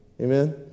Amen